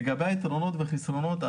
לגבי היתרונות והחסרונות,